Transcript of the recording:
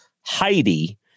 Heidi